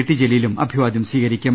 T ജലീലും അഭിവാദ്യം സ്വീകരിക്കും